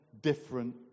different